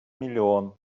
миллион